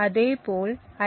அதே போல் ஐ